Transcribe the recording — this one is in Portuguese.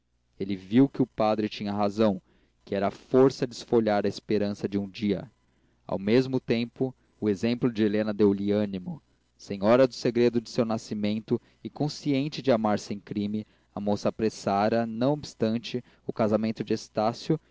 ele viu que o padre tinha razão que era força desfolhar a esperança de um dia ao mesmo tempo o exemplo de helena deu-lhe ânimo senhora do segredo de seu nascimento e consciente de amar sem crime a moça apressara não obstante o casamento de estácio